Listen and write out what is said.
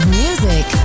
music